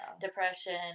depression